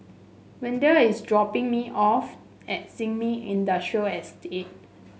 Wendel is dropping me off at Sin Ming Industrial Estate